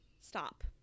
Stop